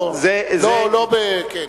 לא,